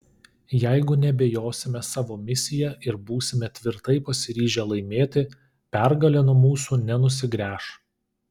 jeigu neabejosime savo misija ir būsime tvirtai pasiryžę laimėti pergalė nuo mūsų nenusigręš